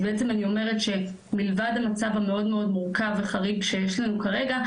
אז בעצם אני אומרת שמלבד המצב המאוד מאוד מורכב וחריג שיש לנו כרגע,